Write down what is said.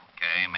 Okay